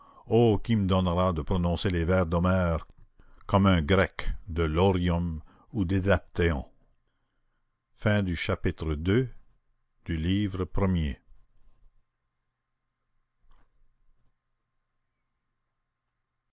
qui me donnera de prononcer les vers d'homère comme un grec de laurium ou d'édaptéon chapitre iii